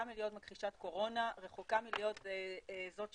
אם מכל הדרישות שלנו אנחנו יודעים שלא